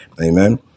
Amen